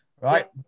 right